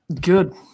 Good